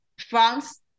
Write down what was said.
France